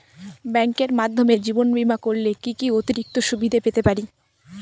ব্যাংকের মাধ্যমে জীবন বীমা করলে কি কি অতিরিক্ত সুবিধে পেতে পারি?